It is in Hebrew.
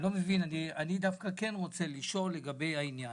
אני דווקא כן רוצה לשאול לגבי העניין.